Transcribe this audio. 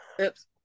Oops